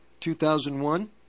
2001